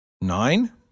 nine